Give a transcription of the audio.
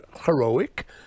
heroic